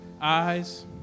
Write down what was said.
eyes